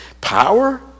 Power